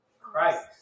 Christ